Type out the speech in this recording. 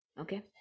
Okay